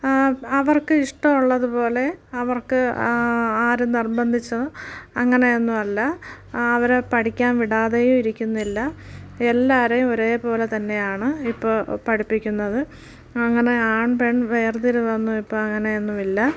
അവർക്ക് ഇഷ്ടമുള്ളതുപോലെ അവർക്ക് ആര് നിർബന്ധിച്ചോ അങ്ങനെയൊന്നുമില്ല അവരെ പഠിക്കാൻ വിടാതെ ഇരിക്കുന്നില്ല എല്ലാവരെയും ഒരുപോലെ തന്നെയാണ് ഇപ്പോൾ പഠിപ്പിക്കുന്നത് അങ്ങനെ ആൺ പെൺ വേർതിരിവ് ഒന്നും ഇപ്പോൾ അങ്ങനെയൊന്നുമില്ല